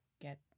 get